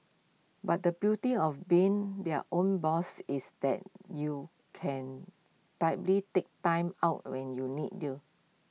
but the beauty of being their own boss is that you can take Time Out when you need to